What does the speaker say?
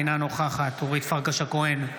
אינה נוכחת אורית פרקש הכהן,